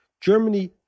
Germany